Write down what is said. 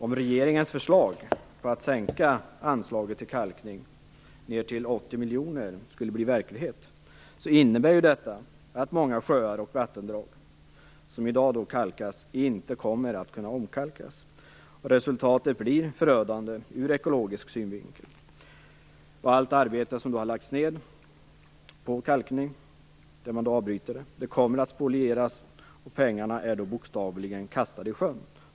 Om regeringens förslag om att sänka anslaget till kalkning ned till 80 miljoner skulle bli verklighet innebär det att många sjöar och vattendrag som i dag kalkas inte kommer att kunna omkalkas. Resultatet blir förödande ur ekologisk synvinkel. Allt arbete som har lagts ned på kalkning kommer att spolieras när man avbryter det, och pengarna är då bokstavligen kastade i sjön.